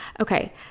Okay